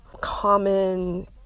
common